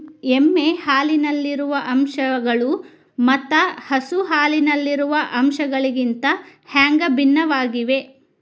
ಎಮ್ಮೆ ಹಾಲಿನಲ್ಲಿರುವ ಅಂಶಗಳು ಮತ್ತ ಹಸು ಹಾಲಿನಲ್ಲಿರುವ ಅಂಶಗಳಿಗಿಂತ ಹ್ಯಾಂಗ ಭಿನ್ನವಾಗಿವೆ?